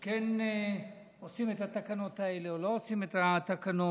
כן עושים את התקנות האלה או לא עושים את התקנות.